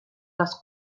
les